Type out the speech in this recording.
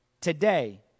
today